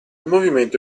movimento